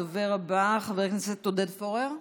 הדובר הבא, חבר הכנסת עודד פורר,